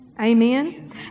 Amen